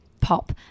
pop